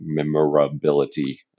memorability